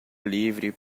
livre